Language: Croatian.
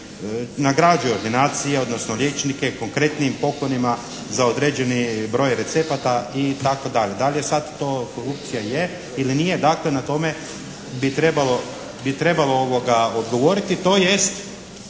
nagrađuju ordinacije odnosno liječnike konkretnim poklonima za određeni broj recepata itd. Da li je to sad korupcija, je ili nije dakle na tome bi trebalo odgovoriti? To jest